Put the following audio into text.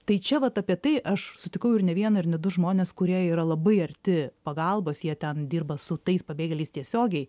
tai čia vat apie tai aš sutikau ir ne vieną ir ne du žmones kurie yra labai arti pagalbos jie ten dirba su tais pabėgėliais tiesiogiai